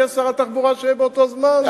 יהיה שר התחבורה שיהיה באותו זמן.